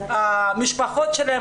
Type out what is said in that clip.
המשפחות שלהן,